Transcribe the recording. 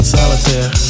Solitaire